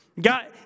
God